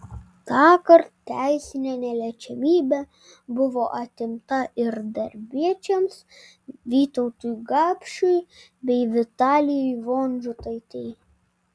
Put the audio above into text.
tąkart teisinė neliečiamybė buvo atimta ir darbiečiams vytautui gapšiui bei vitalijai vonžutaitei